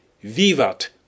Vivat